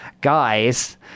guys